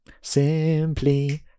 Simply